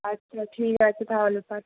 আচ্ছা ঠিক আছে তাহলে পাঠান